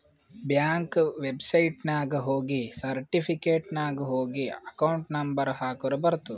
bank ವೆಬ್ಸೈಟ್ನಾಗ ಹೋಗಿ certificate ನಾಗ್ ಹೋಗಿ ಅಕೌಂಟ್ ನಂಬರ್ ಹಾಕುರ ಬರ್ತುದ್